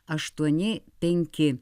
aštuoni penki